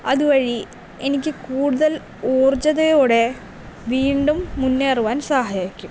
അതുവഴി എനിക്ക് കൂടുതൽ ഊർജതയോടെ വീണ്ടും മുന്നേറുവാൻ സഹായിക്കും